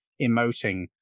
emoting